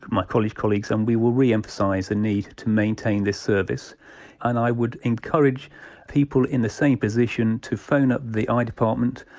my college colleagues, and we will re-emphasise the need to maintain this service and i would encourage people in the same position to phone up the eye department,